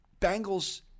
Bengals